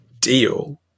deal